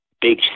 big